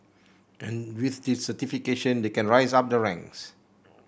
and with this certification they can rise up the ranks